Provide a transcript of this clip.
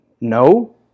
no